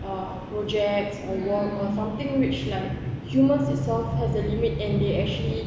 uh projects or work or something which like humans itself has a limit and they actually